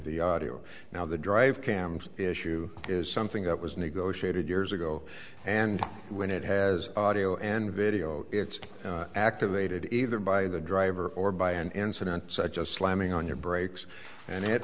the audio now the drive cams issue is something that was negotiated years ago and when it has audio and video it's activated either by the driver or by an incident such as slamming on your brakes and